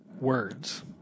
words